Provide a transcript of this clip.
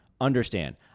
Understand